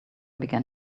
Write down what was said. began